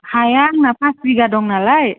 हाया आंना फास बिगा दं नालाय